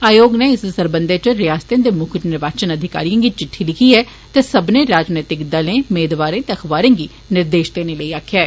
आयोग नै इस सरबंधै इच रियासतें दे मुक्ख निर्वाचन अधिकारिएं गी चिट्टी लिखी ऐ ते सब्मनें राजनैतिक दलें मेदवारें ते अखबारें गी निर्देश देने लेई आक्खेआ ऐ